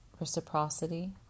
reciprocity